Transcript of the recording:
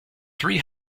three